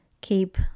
Keep